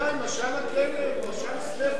ודאי, משל הכלב, משל סטפן.